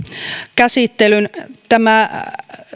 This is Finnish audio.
käsittelyn tämä